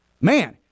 man